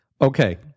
Okay